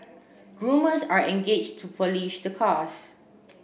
groomers are engaged to polish the cars